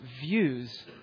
views